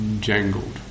jangled